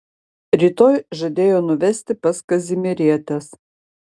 rytoj žadėjo nuvesti pas kazimierietes